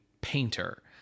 painter